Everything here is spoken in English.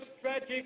tragic